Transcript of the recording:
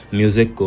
music